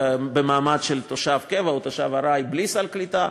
במעמד של תושב קבע או תושב ארעי בלי סל קליטה,